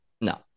no